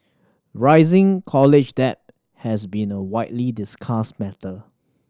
rising college debt has been a widely discussed matter